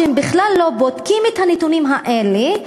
שהם בכלל לא בודקים את הנתונים האלה,